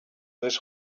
this